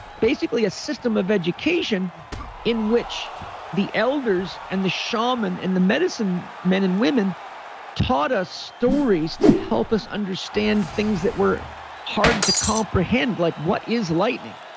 basically a system of education in which the elders and the shaman and the medicine men and women taught us stories to help us understand things that were hard to comprehend, like what is lightening?